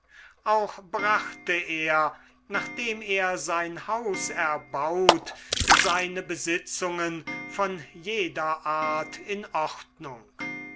auch brachte er nachdem er sein haus erbaut seine besitzungen von jeder art in ordnung